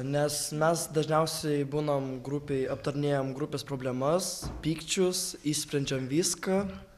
nes mes dažniausiai būnam grupėj aptarinėjam grupės problemas pykčius išsprendžiam viską